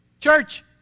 Church